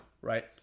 right